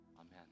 Amen